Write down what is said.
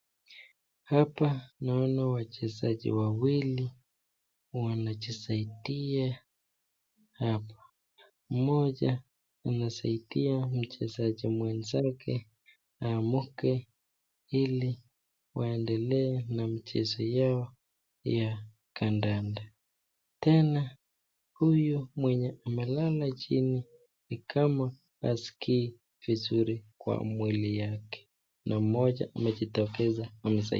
Hapa naona wachezaji wawili wanajisaidia hapo mmoja anasaidia mchezaji mwenzake aamke ili waendelee na mchezo yao ya kandanda, tena huyu mwenye amelala chini ni kama haski vizuri kwa mwili yake na mmoja amejitokeza kumsaidia.